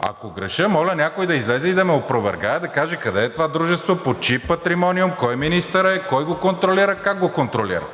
Ако греша, моля някой да излезе и да ме опровергае, да каже къде е това дружество, под чий патримониум, кой министър е, кой го контролира, как го контролира?